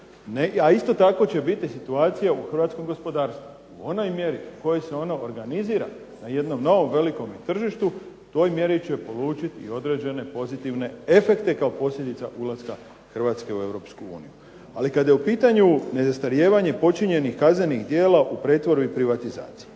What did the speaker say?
A isto tako će biti situacija u hrvatskom gospodarstvu. U onoj mjeri u kojoj se ona organizira na jednom novom velikom tržištu u toj mjeri će polučiti i određene pozitivne efekte kao posljedica ulaska Hrvatske u Europsku uniju. Ali kada je u pitanju nezastarijevanje počinjenih kaznenih djela u pretvorbi i privatizaciji